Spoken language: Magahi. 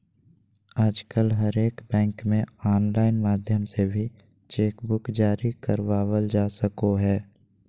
आजकल हरेक बैंक मे आनलाइन माध्यम से भी चेक बुक जारी करबावल जा सको हय